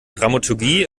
dramaturgie